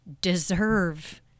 deserve